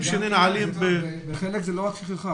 שננעלים ב --- וחלק זה לא רק שכחה,